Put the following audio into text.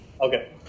Okay